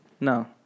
No